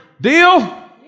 Deal